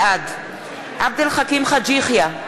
בעד עבד אל חכים חאג' יחיא,